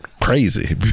crazy